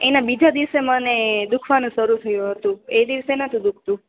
એના બીજા દિવસે મને દુખવાનું શરૂ થયુ હતું એ દિવસે નતું દુખતું